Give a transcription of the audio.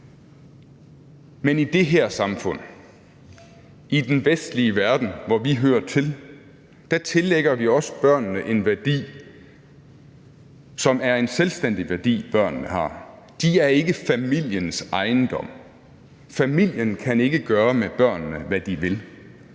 Men i det her samfund, i den vestlige verden, hvor vi hører til, tillægger vi også børnene en værdi, som er en selvstændig værdi, børnene har. De er ikke familiens ejendom. Familien kan ikke gøre med børnene, hvad de vil.